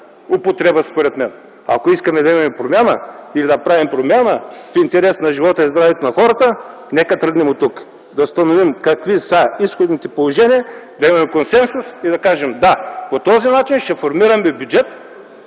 употреба, според мен - ако искаме да имаме промяна и да правим промяна в интерес на живота и здравето на хората, нека тръгнем оттук – да установим какви са изходните положения, да имаме консенсус и да кажем – да, по този начин ще формираме бюджет